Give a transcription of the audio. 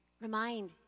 Remind